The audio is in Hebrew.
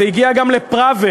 זה הגיע גם לפראוור.